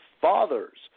fathers